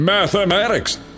Mathematics